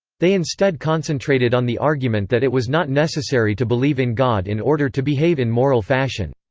they instead concentrated on the argument that it was not necessary to believe in god in order to behave in moral fashion.